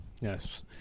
Yes